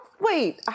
Wait